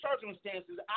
circumstances